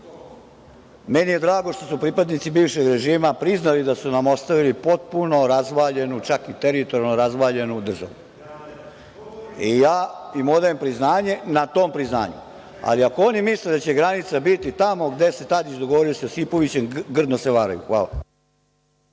meni je drago što su pripadnici bivšeg režima priznali da su nam ostavili potpuno razvaljenu, čak i teritorijalnu razvaljenu državu. Ja im odajem priznanje na tom priznanju, ali ako oni misle da će granica biti tamo gde se Tadić dogovorio sa Josipovićem, grdno se varaju. Hvala.